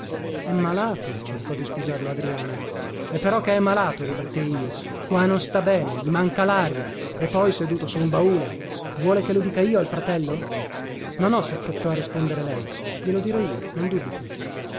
è malato cercò di scusarlo adriana e però che è malato ribattei io qua non sta bene gli manca laria e poi seduto su un baule vuole che lo dica io al fratello no no saffrettò a rispondermi lei glielo dirò io non dubiti